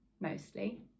mostly